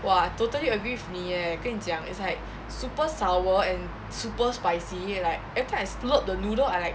!wah! I totally agree with 你 eh 跟你讲 it's like super sour and super spicy like every time I slurped the noodle I like